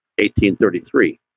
1833